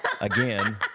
Again